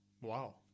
Wow